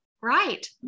Right